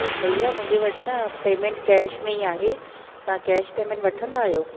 भईया मुंहिंजे वटि न पेमेंट कैश में ई आहे तव्हां कैश पेमेंट वठंदा आहियो